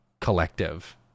collective